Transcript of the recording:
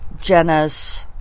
Jenna's